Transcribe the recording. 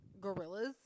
gorillas